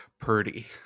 Purdy